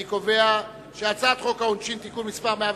אני קובע שהצעת חוק העונשין (תיקון מס' 102),